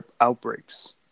outbreaks